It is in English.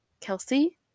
Kelsey